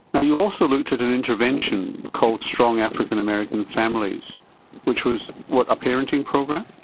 ah you also looked at an intervention called strong african american families which was, what, a parenting program?